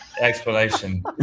explanation